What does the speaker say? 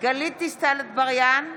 גלית דיסטל אטבריאן,